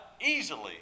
easily